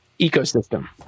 ecosystem